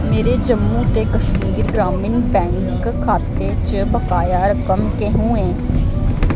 मेरे जम्मू ते कश्मीर ग्रामीण बैंक खाते च बकाया रकम केहूं ऐ